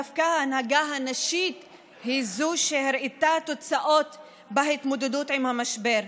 דווקא ההנהגה הנשית היא זו שהראתה תוצאות בהתמודדות עם המשבר.